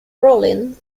rollin